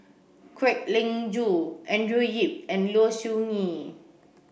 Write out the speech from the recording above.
Kwek Leng Joo Andrew Yip and Low Siew Nghee